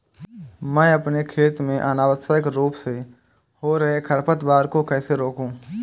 मैं अपने खेत में अनावश्यक रूप से हो रहे खरपतवार को कैसे रोकूं?